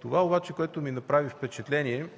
Това, което ми направи впечатление,